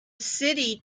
city